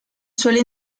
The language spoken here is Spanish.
suele